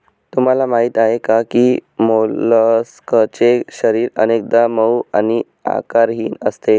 तुम्हाला माहीत आहे का की मोलस्कचे शरीर अनेकदा मऊ आणि आकारहीन असते